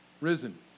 risen